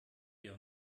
wir